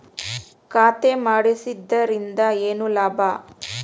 ಖಾತೆ ಮಾಡಿಸಿದ್ದರಿಂದ ಏನು ಲಾಭ?